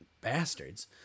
Bastards